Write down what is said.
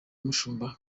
umushumba